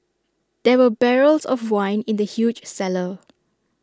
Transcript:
there were barrels of wine in the huge cellar